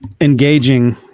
engaging